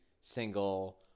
single